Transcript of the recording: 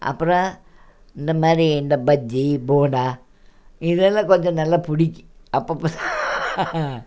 அப்புறம் இந்த மாதிரி இந்த பஜ்ஜி போண்டா இதெல்லாம் கொஞ்சம் நல்லா பிடிக்கும் அப்போப்போ